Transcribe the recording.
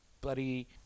bloody